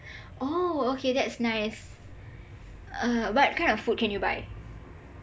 oh okay that's nice uh what kind of food can you buy